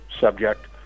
subject